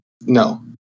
No